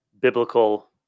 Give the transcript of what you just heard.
biblical